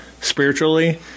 spiritually